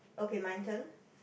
okay mine turn